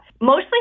Mostly